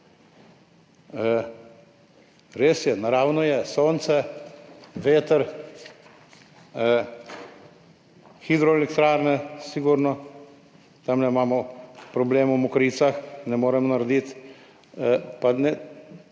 Res je, naravno je sonce, veter, hidroelektrarne sigurno. Tamle imamo problem v Mokricah, ne moremo narediti. Zelo